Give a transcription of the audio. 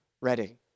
ready